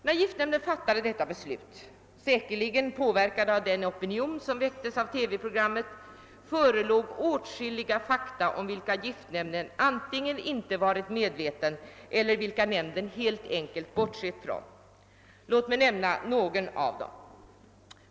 När giftnämnden fattade detta beslut, säkerligen påverkad av den opinion som väcktes av TV-programmet, förelåg åtskilliga fakta, om vilka giftnämnden antingen inte varit medveten eller vilka nämnden helt enkelt bortsett från. Låt mig nämna några av dem.